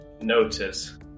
Notice